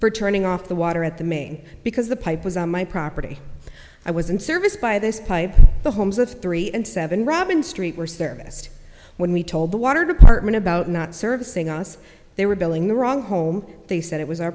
for turning off the water at the main because the pipe was on my property i was in service by this pipe the homes of three and seven robin street were serviced when we told the water department about not servicing us they were billing the wrong home they said it was our